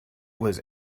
was